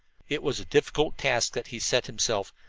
it was a difficult task that he set himself,